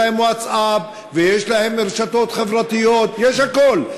ויש להם ווטסאפ, ויש להם רשתות חברתיות, יש הכול.